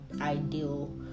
ideal